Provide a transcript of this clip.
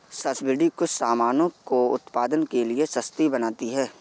subsidy कुछ सामानों को उत्पादन के लिए सस्ती बनाती है